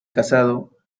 casado